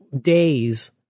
days